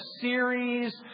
series